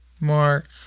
Mark